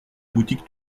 boutique